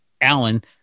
Alan